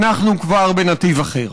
אנחנו כבר בנתיב אחר.